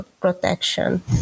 protection